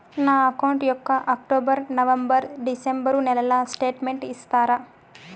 నా అకౌంట్ యొక్క October, November, December నెలల స్టేట్మెంట్ ఇస్తారా?